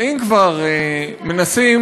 אם כבר מנסים,